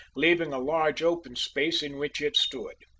leaving a large open space in which it stood.